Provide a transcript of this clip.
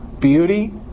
beauty